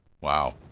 Wow